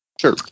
Sure